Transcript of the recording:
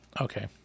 okay